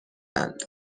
اند